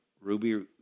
Ruby